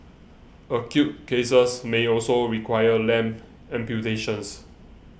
acute cases may also require limb amputations